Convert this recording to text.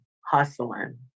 hustling